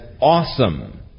awesome